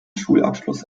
schulabschluss